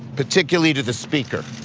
particularly to the speaker.